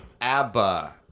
ABBA